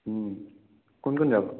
কোন কোন যাব